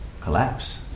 collapse